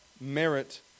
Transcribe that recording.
merit